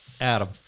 Adam